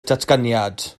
datganiad